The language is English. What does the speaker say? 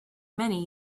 many